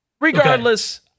Regardless